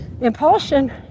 impulsion